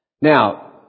Now